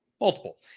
multiple